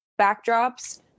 backdrops